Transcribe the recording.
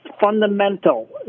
fundamental